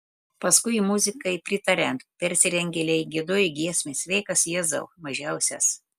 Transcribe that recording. paskui muzikai pritariant persirengėliai giedojo giesmę sveikas jėzau mažiausias